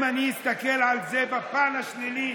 אם אני אסתכל על זה בפן השלילי